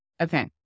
Okay